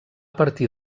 partir